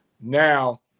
now